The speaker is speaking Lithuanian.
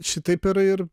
šitaip ir ir